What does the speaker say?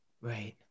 right